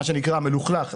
מה שנקרא מלוכלך,